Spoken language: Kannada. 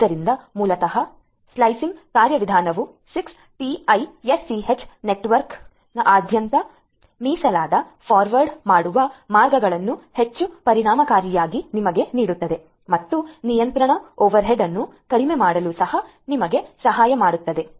ಆದ್ದರಿಂದ ಮೂಲತಃ ಸ್ಲೈಸಿಂಗ್ ಕಾರ್ಯವಿಧಾನವು 6TiSCH ನೆಟ್ವರ್ಕ್ನಾದ್ಯಂತ ಮೀಸಲಾದ ಫಾರ್ವರ್ಡ್ ಮಾಡುವ ಮಾರ್ಗಗಳನ್ನು ಹೆಚ್ಚು ಪರಿಣಾಮಕಾರಿಯಾಗಿ ನಿಮಗೆ ನೀಡುತ್ತದೆ ಮತ್ತು ನಿಯಂತ್ರಣ ಓವರ್ಹೆಡ್ ಅನ್ನು ಕಡಿಮೆ ಮಾಡಲು ಸಹ ನಿಮಗೆ ಸಹಾಯ ಮಾಡುತ್ತದೆ